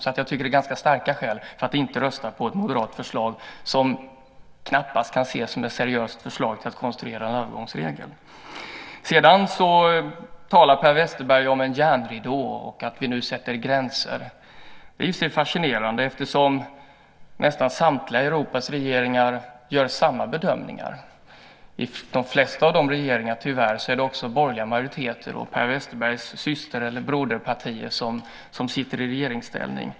Jag tycker att det finns ganska starka skäl för att inte rösta på ett moderat förslag som knappast kan ses som ett seriöst förslag för att konstruera övergångsregler. Sedan talar Per Westerberg om en järnridå och att vi nu sätter gränser. Det är också fascinerande. Nästan samtliga Europas regeringar gör samma bedömning som vi. I de flesta av de europeiska regeringarna är det tyvärr borgerliga majoriteter och Per Westerbergs syster eller broderpartier som sitter i regeringsställning.